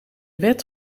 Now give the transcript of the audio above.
wet